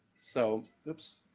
so, oops,